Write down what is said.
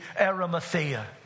Arimathea